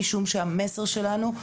משום שהמסר שלנו,